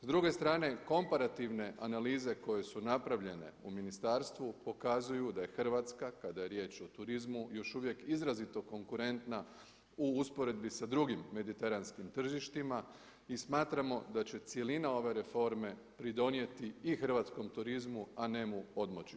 S druge strane, komparativne analize koje su napravljene u ministarstvu pokazuju da je Hrvatska kada je riječ o turizmu još uvijek izrazito konkurentna u usporedbi sa drugim mediteranskim tržištima i smatramo da će cjelina ove reforme pridonijeti i hrvatskom turizmu, a ne mu odmoći.